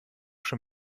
schon